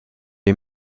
les